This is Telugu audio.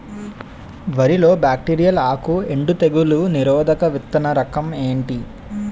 వరి లో బ్యాక్టీరియల్ ఆకు ఎండు తెగులు నిరోధక విత్తన రకం ఏంటి?